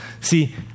See